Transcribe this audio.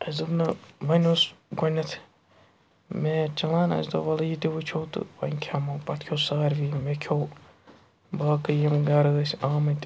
اَسہِ دوٚپ نہٕ وۄنۍ اوس گۄڈٕنٮ۪تھ میچ چلان اَسہِ دوٚپ وَلہٕ یہِ تہِ وٕچھو تہٕ وۄنۍ کھٮ۪مو پَتہٕ کھیوٚو ساروٕے مےٚ کھیوٚو باقٕے یِم گَرٕ ٲس آمٕتۍ